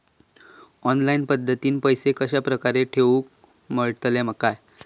Online पद्धतीन पैसे कश्या प्रकारे ठेऊक मेळतले काय?